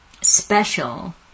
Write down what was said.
special